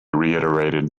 reiterated